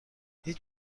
هیچ